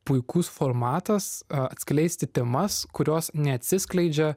puikus formatas atskleisti temas kurios neatsiskleidžia